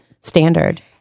standard